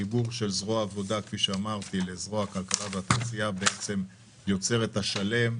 החיבור של זרוע העבודה לזרוע הכלכלה והתעשייה יוצר את השלם,